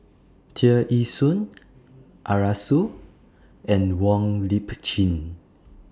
Tear Ee Soon Arasu and Wong Lip Chin